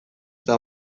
eta